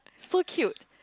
so cute